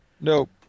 Nope